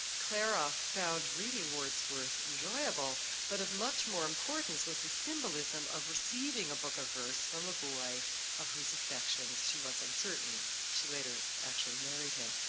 clara found reading wordsworth enjoyable but of much more importance was the symbolism of receiving a book of verse from a boy of whose affections she was uncertain. she later actually married him.